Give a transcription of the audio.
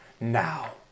now